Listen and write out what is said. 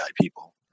people